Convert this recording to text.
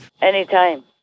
Anytime